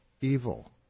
evil